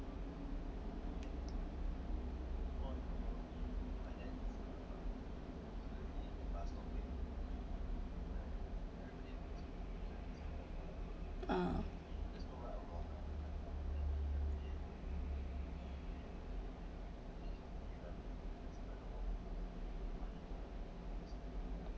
uh